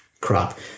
crap